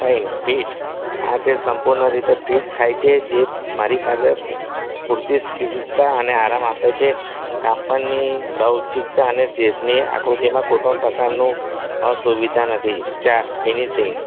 ત્રણ ફિટ આ ડ્રેસ સંપૂર્ણ રીતે ફિટ થાય છે જે મારી પાસે પૂરતી સ્થિરતા અને આરામ આપે છે કાપડની લવચીકતા અને ડ્રેસની આકૃતિમાં કોઈપણ પ્રકારનો અસુવિધા નથી ચાર ફિનિશિંગ